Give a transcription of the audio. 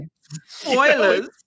Spoilers